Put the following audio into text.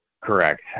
Correct